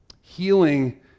Healing